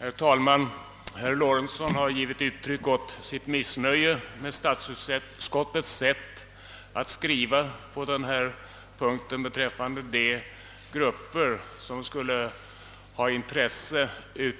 Herr talman! Herr Lorentzon har givit uttryck åt sitt missnöje med statsutskottets skrivning på denna punkt beiräffande de grupper som skulle ha intresse